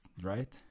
right